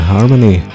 Harmony